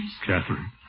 Catherine